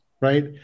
right